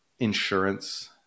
insurance